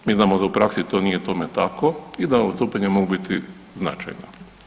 Mi znamo da u praksi to nije tako i da odstupanja mogu biti značajna.